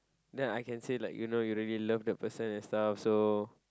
then I can say like you know you really love the person and stuff so